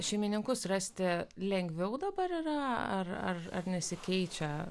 šeimininkus rasti lengviau dabar yra ar nesikeičia